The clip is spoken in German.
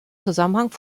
zusammenhang